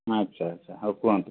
ଆଚ୍ଛା ଆଚ୍ଛା ହଉ କୁହନ୍ତୁ